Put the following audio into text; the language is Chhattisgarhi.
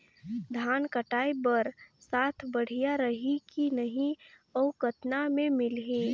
धान कटाई बर साथ बढ़िया रही की नहीं अउ कतना मे मिलही?